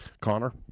Connor